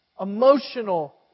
emotional